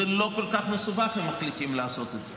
זה לא כל כך מסובך, אם מחליטים לעשות את זה.